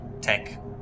tech